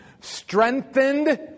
strengthened